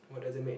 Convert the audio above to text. what doesn't make